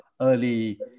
early